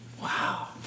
Wow